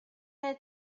had